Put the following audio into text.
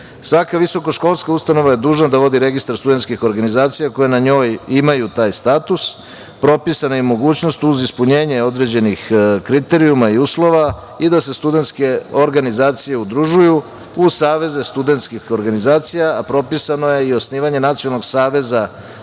Svaka visokoškolska ustanova je dužna da vodi registar studentskih organizacija koje na njoj imaju taj status, propisana je i mogućnost uz ispunjenje određenih kriterijuma i uslova i da se studentske organizacije udružuju u saveze studentskih organizacija, a propisano je i osnivanje nacionalnog saveza